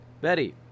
Betty